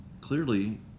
Clearly